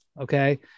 Okay